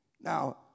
Now